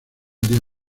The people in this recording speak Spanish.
día